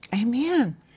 Amen